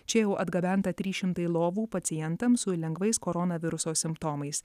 čia jau atgabenta trys šimtai lovų pacientams su lengvais koronaviruso simptomais